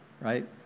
right